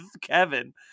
Kevin